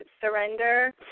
surrender